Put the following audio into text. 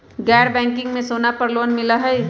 गैर बैंकिंग में सोना पर लोन मिलहई?